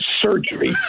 surgery